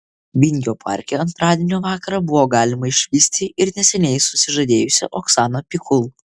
vingio parke antradienio vakarą buvo galima išvysti ir neseniai susižadėjusią oksaną pikul